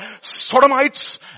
sodomites